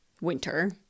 winter